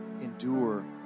endure